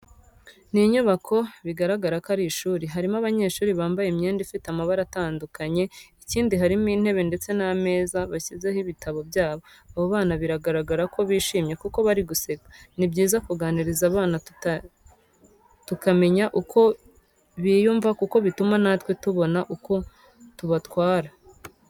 Ni inyubako bigaragara ko ari ishuri, harimo abanyeshuri bambaye imyenda ifite amabara batandukanye. Ikindi harimo intebe ndetse n'ameza bashyizeho ibitabo byabo, abo bana biragaragara ko bishimye kuko bari guseka. Ni byiza kuganiriza abana tukamenya uko biyumva kuko bituma na twe tubona uko tubatwara.